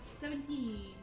Seventeen